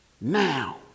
Now